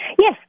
Yes